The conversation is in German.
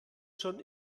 schon